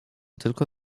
tylko